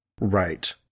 right